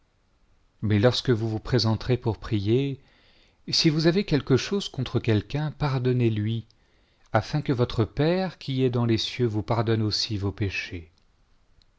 mais lorsque vous vous présenterez pour prier si vous avez quelque chose contre quelqu'un pardonnez-lui afin que votre père qui est dans les cieux vous pardonne aussi vos péchés